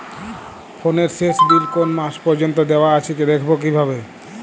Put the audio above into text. ফোনের শেষ বিল কোন মাস পর্যন্ত দেওয়া আছে দেখবো কিভাবে?